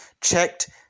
Checked